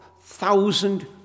thousand